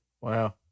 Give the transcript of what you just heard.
Wow